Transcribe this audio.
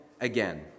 again